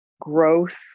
growth